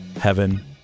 heaven